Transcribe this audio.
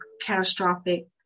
catastrophic